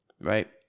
right